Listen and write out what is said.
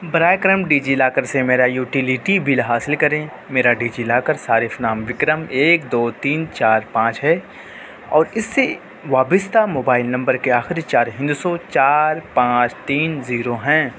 براہ کرم DigiLocker سے میرا یوٹیلیٹی بل حاصل کریں میرا ڈی جی لاکر صارف نام وکرم ایک دو تین چار پانچ ہے اور اس سے وابستہ موبائل نمبر کے آخری چار ہندسوں چار پانچ تین زیرو ہیں